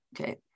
Okay